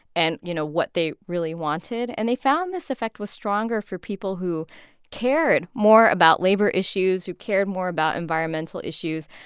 and you know, what they really wanted. and they found this effect was stronger for people who cared more about labor issues, who cared more about environmental issues.